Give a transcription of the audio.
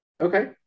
Okay